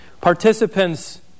Participants